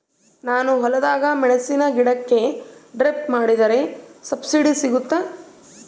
ನಾನು ಹೊಲದಾಗ ಮೆಣಸಿನ ಗಿಡಕ್ಕೆ ಡ್ರಿಪ್ ಮಾಡಿದ್ರೆ ಸಬ್ಸಿಡಿ ಸಿಗುತ್ತಾ?